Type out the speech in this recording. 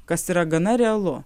kas yra gana realu